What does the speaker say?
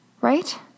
right